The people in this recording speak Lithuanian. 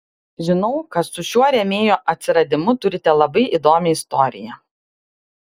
žinau kad su šiuo rėmėjo atsiradimu turite labai įdomią istoriją